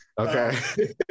Okay